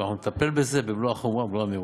אנחנו נטפל בזה במלוא החומרה ובמלוא המהירות.